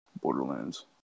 Borderlands